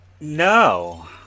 No